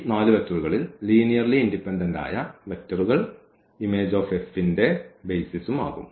ഈ 4 ൽ linearly independent ആയ വെക്റ്ററുകൾ image ന്റെ ബെയ്സിസും ആകും